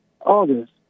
August